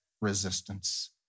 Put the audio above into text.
resistance